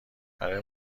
برای